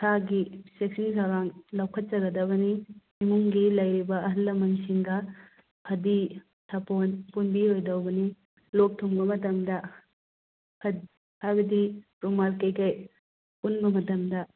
ꯏꯁꯥꯒꯤ ꯆꯦꯛꯁꯤꯟ ꯊꯧꯔꯥꯡ ꯂꯧꯈꯠꯆꯒꯗꯕꯅꯤ ꯏꯃꯨꯡꯒꯤ ꯂꯩꯔꯤꯕ ꯑꯍꯜ ꯂꯃꯟꯁꯤꯡꯒ ꯐꯗꯤ ꯁꯥꯄꯣꯟ ꯄꯨꯟꯕꯤꯔꯣꯏꯗꯧꯕꯅꯤ ꯂꯣꯛ ꯊꯨꯡꯕ ꯃꯇꯝꯗ ꯍꯥꯏꯕꯗꯤ ꯔꯨꯃꯥꯜ ꯀꯩꯀꯩ ꯄꯨꯟꯕ ꯃꯇꯝꯗ